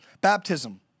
Baptism